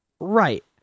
Right